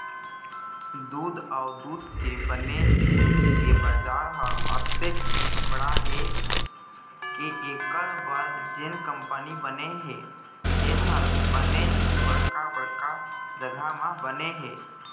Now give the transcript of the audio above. दूद अउ दूद ले बने जिनिस के बजार ह अतेक बड़का हे के एखर बर जेन कंपनी बने हे तेन ह बनेच बड़का बड़का जघा म बने हे